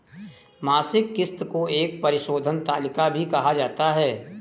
मासिक किस्त को एक परिशोधन तालिका भी कहा जाता है